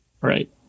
Right